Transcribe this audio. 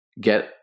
get